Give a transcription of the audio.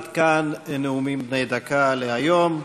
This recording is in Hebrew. עד כאן נאומים בני דקה להיום.